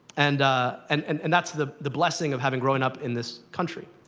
and ah and and and that's the the blessing of having grown up in this country.